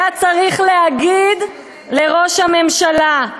היה צריך להגיד לראש הממשלה.